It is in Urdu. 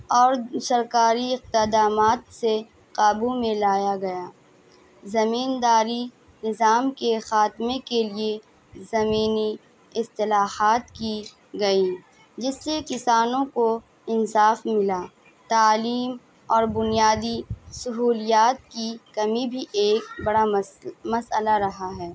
اور سرکاری اقدامات سے قابو میں لایا گیا زمین داری نظام کے خاتمے کے لیے زمینی اصطلاحات کی گئیں جس سے کسانوں کو انصاف ملا تعلیم اور بنیادی سہولیات کی کمی بھی ایک بڑا مس مسئلہ رہا ہے